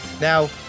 Now